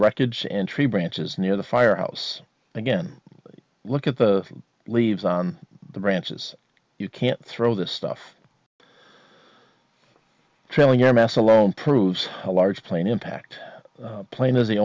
wreckage and tree branches near the firehouse again look at the leaves on the branches you can throw the stuff trailing airmass a lone proves a large plane impact plane is the